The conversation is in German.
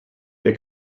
der